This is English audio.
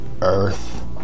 earth